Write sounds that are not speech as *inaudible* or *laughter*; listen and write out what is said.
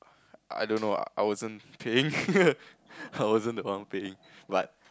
I don't know lah I wasn't paying *laughs* I wasn't the one paying but